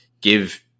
give